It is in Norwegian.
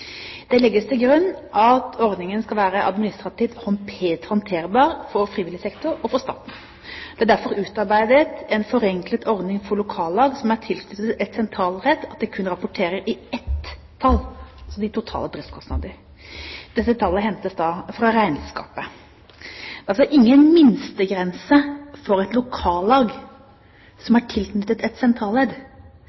Det legges til grunn at ordningen skal være administrativt håndterbar for frivillig sektor og for staten. Det er derfor utarbeidet en forenklet ordning hvor lokallag som er tilknyttet et sentralledd, kun rapporterer inn ett tall – de totale driftskostnadene. Dette tallet hentes fra regnskapet. Det er ingen minstegrense for et lokallag som